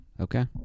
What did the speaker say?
Okay